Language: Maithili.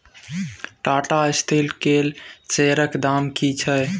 टाटा स्टील केर शेयरक दाम की छै?